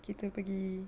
kita pergi